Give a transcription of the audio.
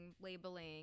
labeling